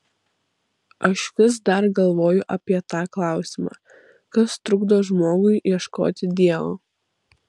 aš vis dar galvoju apie tą klausimą kas trukdo žmogui ieškoti dievo